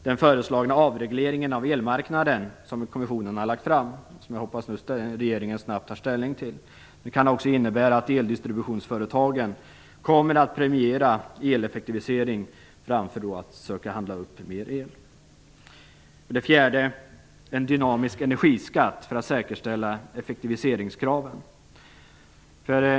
Det förslag om en avregleringen av elmarknaden som kommissionen har lagt fram och som jag hoppas att regeringen snabbt tar ställning till kan också innebära att eldistributionsföretagen kommer att premiera eleffektivisering framför att försöka handla upp mer el. För det fjärde handlar det om en dynamisk energiskatt för att säkerställa effektiviseringskraven.